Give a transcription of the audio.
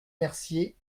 mercier